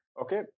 Okay